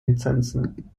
lizenzen